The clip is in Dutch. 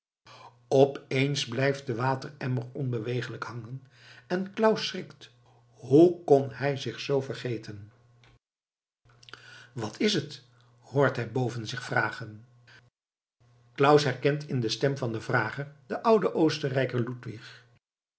opeens blijft de wateremmer onbeweeg'lijk hangen en claus schrikt hoe kon hij zich zoo vergeten wat is het hoort hij boven zich vragen claus herkent in de stem van den vrager den ouden oostenrijker